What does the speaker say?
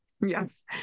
Yes